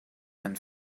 and